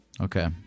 Okay